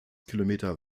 kilometer